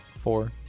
four